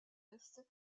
est